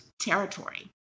territory